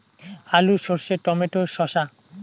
আলু সর্ষে টমেটো শসা